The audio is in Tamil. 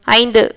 ஐந்து